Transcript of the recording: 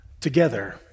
Together